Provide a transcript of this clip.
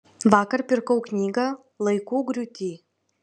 vakar pirkau knygą laikų griūty